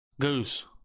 Goose